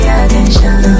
attention